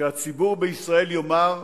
שהציבור בישראל יאמר: